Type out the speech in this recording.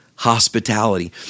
Hospitality